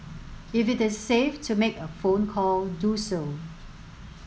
if it is safe to make a phone call do so